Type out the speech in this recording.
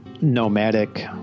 nomadic